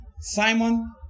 Simon